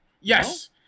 Yes